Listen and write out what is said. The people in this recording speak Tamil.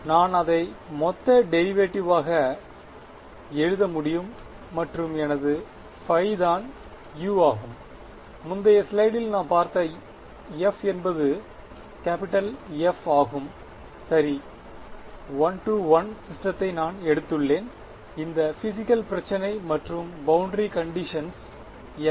நான் அதை மொத்த டெரிவடிவாக எழுத முடியும் மற்றும் எனது ϕ தான் u ஆகும் முந்தய ஸ்லைடில் நாம் பார்த்த f என்பது F ஆகும் சரி ஒன் டு ஒன் சிஸ்டத்தை நான் எடுத்துள்ளேன் இந்த பிஸிக்கல் பிரச்னை மற்றும் பௌண்டரி கண்டிஷன்ஸ் என்ன